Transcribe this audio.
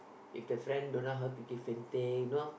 if the friend don't know how to give and take you know